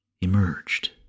emerged